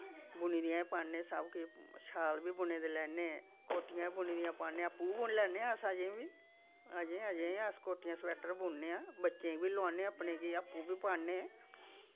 बुनी दियां बी पान्ने सब किश शाल बी बुने दे लैन्ने कोटियां बी बुनी दियां पान्ने आपूं बी बुनी लैन्ने अस अजें बी अजें अजें अस कोटियां स्वैटर बुनने आं बच्चें बी लोआन्ने आं अपने गी आपूं बी पान्ने